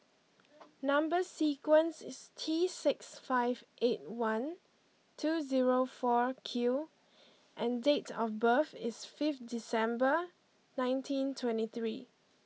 number sequence is T six five eight one two zero four Q and date of birth is fifth December nineteen twenty three